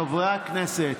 חברי הכנסת,